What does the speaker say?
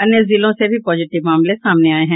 अन्य जिलों से भी पॉजिटिव मामले सामने आये हैं